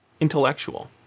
intellectual